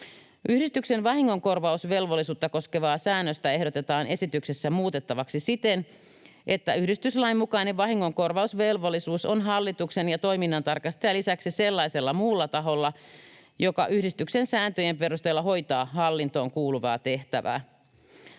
Yhdistyksen vahingonkorvausvelvollisuutta koskevaa säännöstä ehdotetaan esityksessä muutettavaksi siten, että yhdistyslain mukainen vahingonkorvausvelvollisuus on hallituksen ja toiminnantarkastajan lisäksi sellaisella muulla taholla, joka yhdistyksen sääntöjen perusteella hoitaa hallintoon kuuluvaa tehtävää.